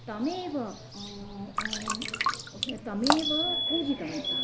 तमेव तमेव पूजितवन्तः